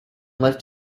left